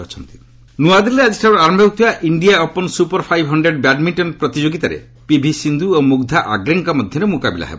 badminton ନୂଆଦିଲ୍ଲୀଠାରେ ଆଜିଠାରୁ ଆରମ୍ଭ ହେଉଥିବା India open super five hundred badminton ପ୍ରତିଯୋଗିତାରେ ପିଭି ସିନ୍ଧୁ ଓ ମୁଗ୍ମା ଆଗ୍ରେଙ୍କ ମଧ୍ୟରେ ମୁକାବିଲା ହେବ